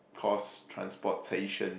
cause transportation